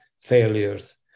failures